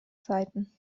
zeiten